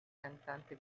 cantante